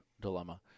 dilemma